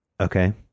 Okay